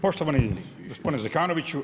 Poštovani gospodine Zekanoviću.